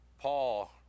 Paul